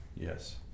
Yes